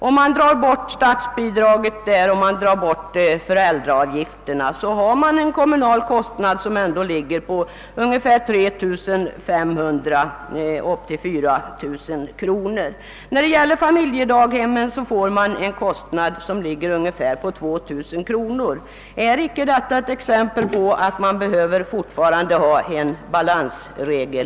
Om man drar bort statsbidraget och föräldraavgifterna, stannar den kommunala kostnaden vid 3 500—4 000 kronor. Familjedaghemmen medför en kommunal kostnad av omkring 2000 kronor. Är icke detta ett exempel på att man behöver ha en balansregel?